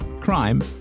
crime